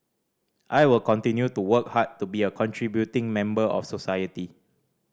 I will continue to work hard to be a contributing member of society